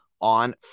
on